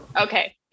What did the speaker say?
okay